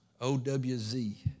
O-W-Z